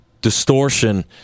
distortion